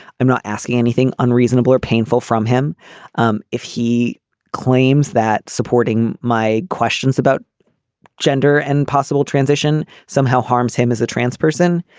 i'm not asking anything unreasonable or painful from him um if he claims that supporting my questions about gender and possible transition somehow harms him as a trans person,